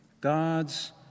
God's